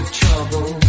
trouble